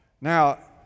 Now